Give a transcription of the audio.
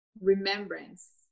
remembrance